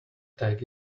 tag